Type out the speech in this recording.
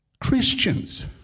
Christians